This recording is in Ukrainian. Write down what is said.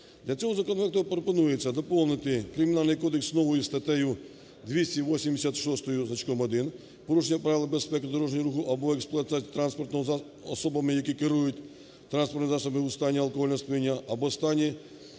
Для цього законопроектом пропонується доповнити Кримінальний кодекс новою статтею 286 із значком 1 "Порушення правил безпеки дорожнього руху або експлуатація транспортного засобу особами, які керують транспортними засобами у стані алкогольного сп'яніння або стані,